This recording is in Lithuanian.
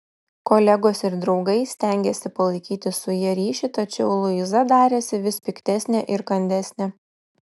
kolegos ir draugai stengėsi palaikyti su ja ryšį tačiau luiza darėsi vis piktesnė ir kandesnė